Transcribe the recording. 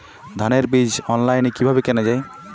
ধানের বীজ অনলাইনে কিভাবে কেনা যায়?